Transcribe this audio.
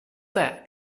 that